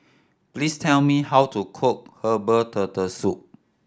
please tell me how to cook herbal Turtle Soup